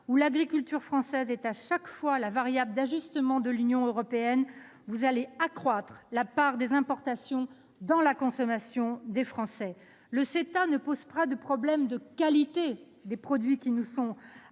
l'agriculture française est à chaque fois la variable d'ajustement de l'Union européenne, vous allez accroître la part des importations dans la consommation des Français. Le CETA pose problème, non pas en raison de la qualité des produits que nous allons